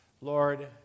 Lord